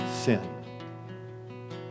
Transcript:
sin